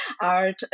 art